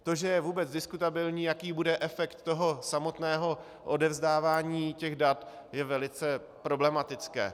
To, že je vůbec diskutabilní, jaký bude efekt samotného odevzdávání dat, je velice problematické.